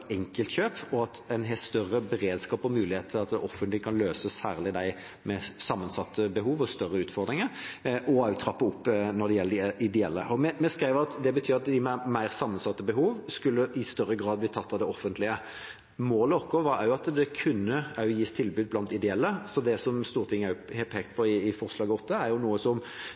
enkeltkjøp samt ha større beredskap og muligheter til at det offentlige kan løse problemene, særlig for dem med sammensatte behov og større utfordringer, og også trappe opp når det gjelder de ideelle. Vi skrev at det betyr at de med mer sammensatte behov i større grad skal bli tatt av det offentlige. Målet vårt var at det også kunne gis tilbud fra ideelle, så det som Stortinget har pekt på i forslag nr. 8, er noe